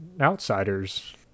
outsiders